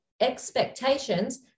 expectations